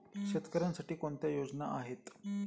शेतकऱ्यांसाठी कोणत्या योजना आहेत?